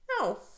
No